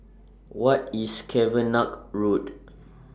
What IS Cavenagh Road